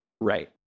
Right